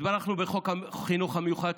התברכנו בחוק החינוך המיוחד,